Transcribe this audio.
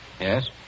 Yes